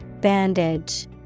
Bandage